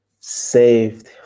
saved